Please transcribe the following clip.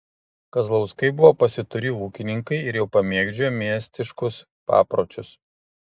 kazlauskai buvo pasiturį ūkininkai ir jau pamėgdžiojo miestiškus papročius